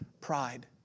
pride